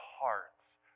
hearts